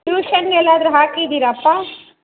ಟ್ಯೂಷನ್ಗೆಲ್ಲಾದರೂ ಹಾಕಿದ್ದೀರಾಪ್ಪ